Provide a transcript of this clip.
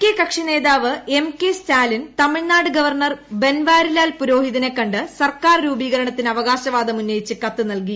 K കക്ഷിനേതാവ് M K Stalin Tamil Nadu governor Banwarilal പുരോഹിതിനെ കണ്ട് സർക്കാർ രൂപീകരണത്തിന് അവകാശവാദം ഉന്നയിച്ച് കത്ത് നൽകി